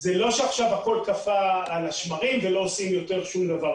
זה לא שעכשיו הכול קפא על השמרים ולא עושים יותר שום דבר.